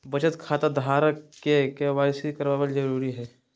बचत खता धारक के के.वाई.सी कराबल जरुरी हइ